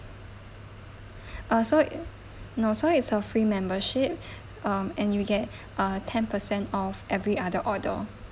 uh so no so it's a free membership um and you'll get uh ten percent off every other order